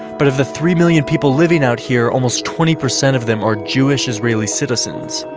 but of the three million people living out here, almost twenty percent of them are jewish israeli citizens.